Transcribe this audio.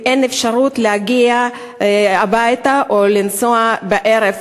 אם אין אפשרות להגיע הביתה או לנסוע בערב,